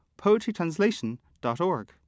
poetrytranslation.org